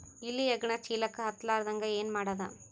ಇಲಿ ಹೆಗ್ಗಣ ಚೀಲಕ್ಕ ಹತ್ತ ಲಾರದಂಗ ಏನ ಮಾಡದ?